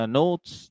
notes